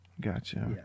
Gotcha